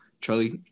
Charlie